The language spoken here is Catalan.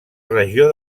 regió